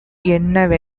என்ன